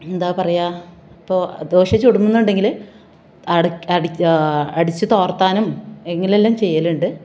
എന്താണ് പറയുക ഇപ്പോൾ ദോശ ചുടുന്നുണ്ടെങ്കിൽ അട അടി അടിച്ച് തോർത്താനും എങ്ങനെയെല്ലാം ചെയ്യലുണ്ട്